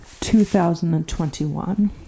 2021